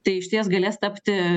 tai išties galės tapti